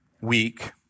week